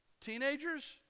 Teenagers